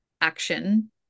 action